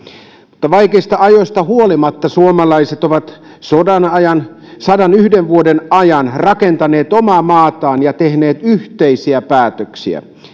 mutta vaikeista ajoista huolimatta suomalaiset ovat sodan ajan sadanyhden vuoden ajan rakentaneet omaa maataan ja tehneet yhteisiä päätöksiä